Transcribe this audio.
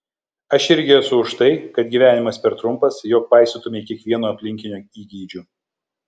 aš irgi esu už tai kad gyvenimas per trumpas jog paisytumei kiekvieno aplinkinio įgeidžių